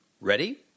Ready